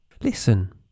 Listen